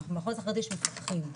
המחוז החרדי יש מפקחים,